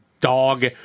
dog